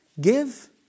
Give